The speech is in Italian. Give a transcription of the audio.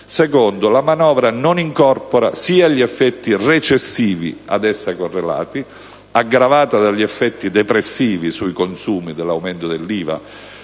luogo, la manovra non incorpora gli effetti recessivi ad essa correlati (aggravati dagli effetti depressivi sui consumi derivanti dall'aumento dell'IVA